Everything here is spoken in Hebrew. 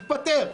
התפטר.